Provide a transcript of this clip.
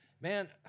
man